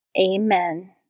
Amen